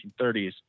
1930s